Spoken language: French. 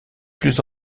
plus